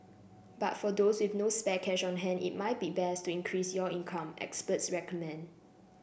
but for those with no spare cash on hand it might be best to increase your income experts recommend